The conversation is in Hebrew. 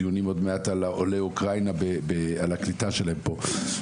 דיונים עוד מעט על הקליטה של כל העולים מאוקראינה פה בארץ.